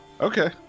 Okay